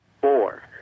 Four